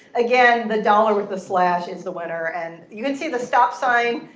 again, the dollar with the slash is the winner. and you can see the stop sign,